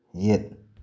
ꯌꯦꯠ